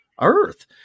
earth